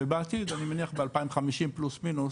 ובעתיד, אני מניח ב- 2050 פלוס מינוס